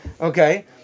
Okay